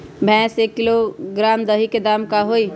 भैस के एक किलोग्राम दही के दाम का होई?